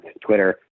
Twitter